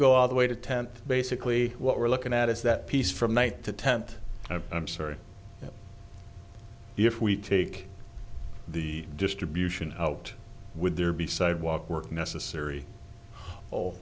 go all the way to tenth basically what we're looking at is that piece from night to tent i'm sorry if we take the distribution out would there be sidewalk work necessary oh